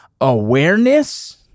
awareness